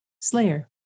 Slayer